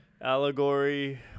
Allegory